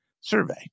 survey